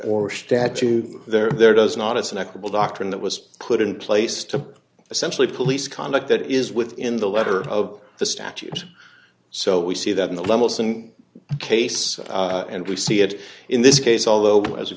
or statute there does not it's an equable doctrine that was put in place to essentially police conduct that is within the letter of the statute so we see that in the lemelson case and we see it in this case although by as a